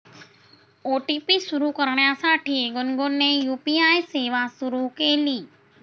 OTP सुरू करण्यासाठी गुनगुनने यू.पी.आय सेवा सुरू केली